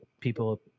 people